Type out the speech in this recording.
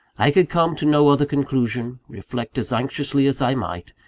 i could come to no other conclusion, reflect as anxiously as i might,